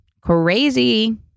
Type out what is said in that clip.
crazy